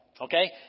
Okay